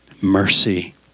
mercy